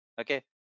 okay